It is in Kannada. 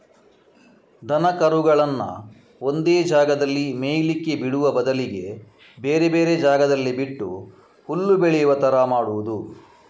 ದನ ಕರುಗಳನ್ನ ಒಂದೇ ಜಾಗದಲ್ಲಿ ಮೇಯ್ಲಿಕ್ಕೆ ಬಿಡುವ ಬದಲಿಗೆ ಬೇರೆ ಬೇರೆ ಜಾಗದಲ್ಲಿ ಬಿಟ್ಟು ಹುಲ್ಲು ಬೆಳೆಯುವ ತರ ಮಾಡುದು